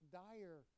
dire